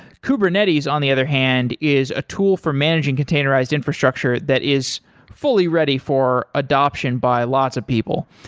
kubernetes on the other hand is a tool for managing containerized infrastructure that is fully ready for adoption by lots of people.